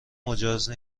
مجاز